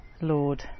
Lord